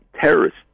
terrorists